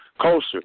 culture